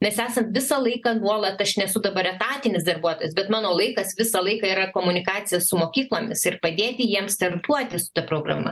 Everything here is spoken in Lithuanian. mes esam visą laiką nuolat aš nesu dabar etatinis darbuotojas bet mano laikas visą laiką yra komunikacija su mokyklomis ir padėti jiems startuoti su ta programa